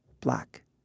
black